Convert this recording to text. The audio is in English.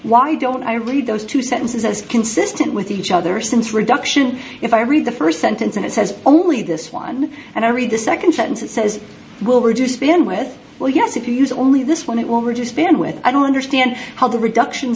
why don't i read those two sentences as consistent with each other since reduction if i read the first sentence and it says only this one and i read the second sentence it says will reduce spin with well yes if you use only this one it will reduce spend with i don't understand how the reduction